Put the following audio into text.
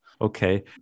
okay